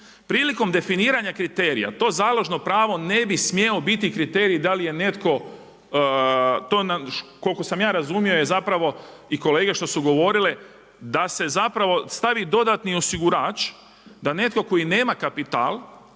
Prilikom definiranja kriterija to založno pravo ne bi smjelo biti kriterij da li je netko to koliko sam ja razumio je zapravo i kolege što su govorile da se zapravo stavi dodatni osigurač, da netko tko nema kapital,